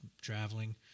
traveling